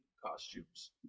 Costumes